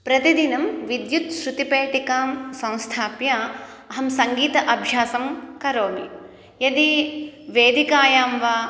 प्रतिदिनं विद्युत् श्रुतिपेटिकां संस्थाप्य अहं सङ्गीत अभ्यासं करोमि यदि वेदिकायां वा